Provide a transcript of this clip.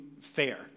fair